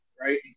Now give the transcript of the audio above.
right